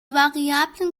variablen